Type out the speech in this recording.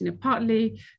Partly